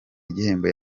igihembo